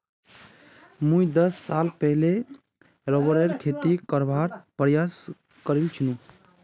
मुई दस साल पहले रबरेर खेती करवार प्रयास करील छिनु